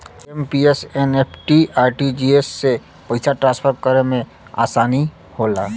IMPS, NEFT, RTGS से पइसा transfer करे में आसानी होला